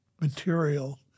material